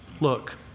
look